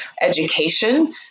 education